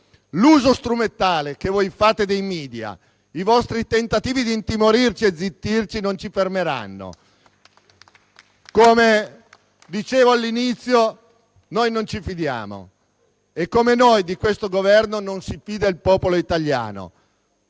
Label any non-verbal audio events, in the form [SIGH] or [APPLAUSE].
L'uso strumentale che voi fate dei *media*, i vostri tentativi di intimorirci e zittirci non ci fermeranno. [APPLAUSE] Come dicevo all'inizio, noi non ci fidiamo e come noi di questo Governo non si fida il popolo italiano.